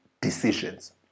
decisions